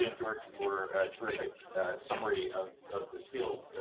george for a terrific summary of of this field.